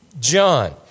John